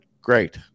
great